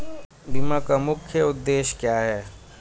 बीमा का मुख्य उद्देश्य क्या है?